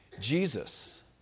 Jesus